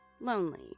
lonely